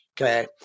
Okay